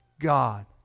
God